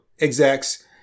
execs